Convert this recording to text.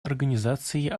организации